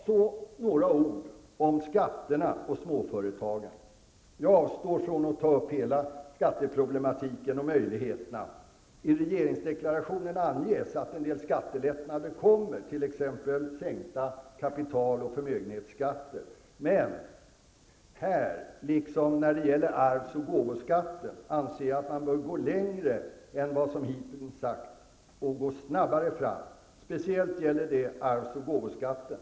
Så några ord om skatterna och småföretagen. Jag avstår från att ta upp hela skatteproblematiken och möjligheterna. I regeringsdeklarationen anges att en del skattelättnader kommer, t.ex. sänkta kapital och förmögenhetsskatter. Men här liksom när det gäller arvs och gåvoskatten anser jag att man bör gå längre än vad som hittills sagts och gå snabbare fram. Speciellt gäller det arvs och gåvoskatten.